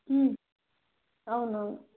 అవును అవును